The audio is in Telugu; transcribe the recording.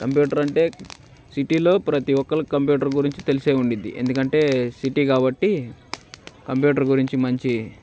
కంప్యూటర్ అంటే సిటీలో ప్రతి ఒక్కరికి కంప్యూటర్ గురించి తెలిసే ఉండిద్ది ఎందుకంటే సిటీ కాబట్టి కంప్యూటర్ గురించి మంచి